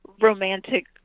romantic